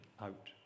out